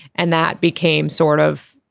and that became sort of